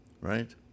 right